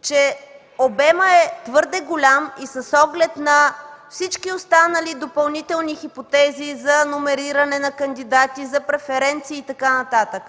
че обемът е твърде голям и с оглед на всички останали допълнителни хипотези за номериране на кандидати, за преференции и така нататък,